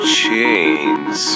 chains